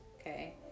okay